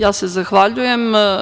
Ja se zahvaljujem.